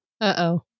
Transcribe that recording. Uh-oh